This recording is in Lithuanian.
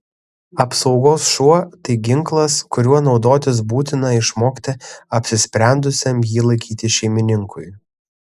apsaugos šuo tai ginklas kuriuo naudotis būtina išmokti apsisprendusiam jį laikyti šeimininkui